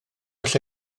lle